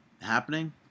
happening